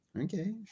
Okay